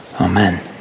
Amen